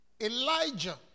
Elijah